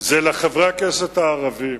לחברי הכנסת הערבים: